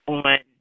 on